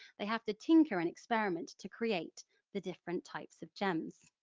they have to tinker and experiment to create the different types of gems.